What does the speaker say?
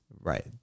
right